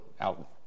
out